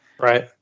right